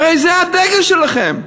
הרי זה הדגל שלכם.